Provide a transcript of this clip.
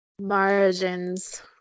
Margins